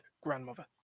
grandmother